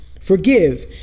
Forgive